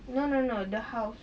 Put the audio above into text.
no no no the house